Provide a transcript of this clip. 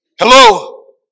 hello